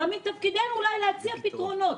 אז מתפקידנו אולי להציע פתרונות.